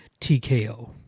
TKO